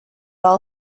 all